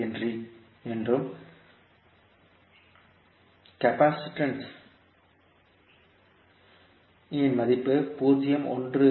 5 henry என்றும் டெபாசிட்டன்ஸ் C இன் மதிப்பை 0